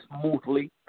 smoothly